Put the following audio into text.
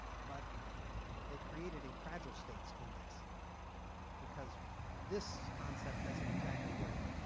but they created a fragile states index because this concept doesn't exactly work.